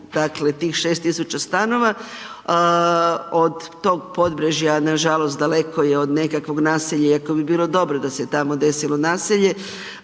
dakle, tih 6 tisuća stanova. Od tog Pobrežja, nažalost daleko je od nekakvog naselja iako bi bilo dobro da se tamo desilo naselje